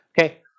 Okay